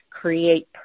create